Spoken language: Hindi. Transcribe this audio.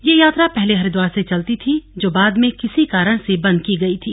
यह यात्रा पहले हरिद्वार से चलती थी जो बाद में किसी कारण से बंद की गयी थी